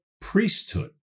priesthood